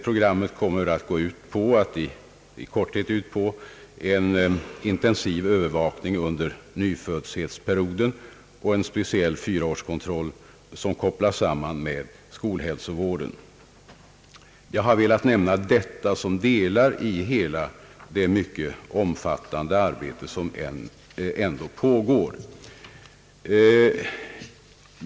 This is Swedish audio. Programmet går i korthet ut på en intensiv övervakning under nyföddhetsperioden och en speciell fyraårskontroll som kopplas samman med skolhälsovården. Jag har velat peka på dessa delar av det omfattande arbete som pågår.